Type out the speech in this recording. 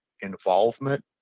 involvement